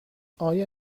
آیا